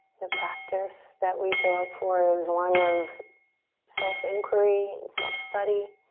the practice that we show up for is one of self-inquiry and self-study.